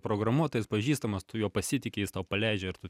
programuotojas pažįstamas tu juo pasitiki jis tau paleidžia ir tu